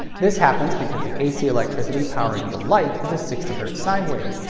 this happens because the a c electricity powering the light is a sixty hz sine wave,